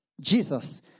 Jesus